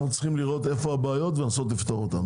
אנחנו צריכים לראות היכן הבעיות ולנסות לפתור אותן.